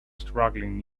struggling